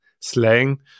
slang